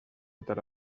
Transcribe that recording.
totes